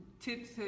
tips